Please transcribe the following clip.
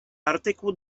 artykuł